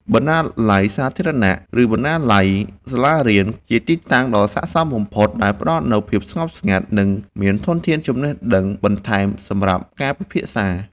បណ្ណាល័យសាធារណៈ ឬបណ្ណាល័យសាលារៀន ជាទីតាំងដ៏ស័ក្តិសមបំផុត ដែលផ្ដល់នូវភាពស្ងប់ស្ងាត់ និងមានធនធានចំណេះដឹងបន្ថែមសម្រាប់ការពិភាក្សា។